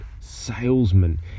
salesman